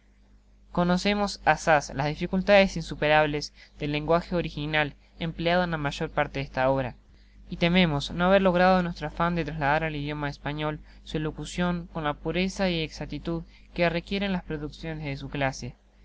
conocemos asaz las dificultades insuperables del lenguage original empleado en la mayor parte de esta obra y tememos no haber logrado nuestro afan de trasladar al idioma español su elocucion con la pureza y ecsactilud que requieren las producciones de su clase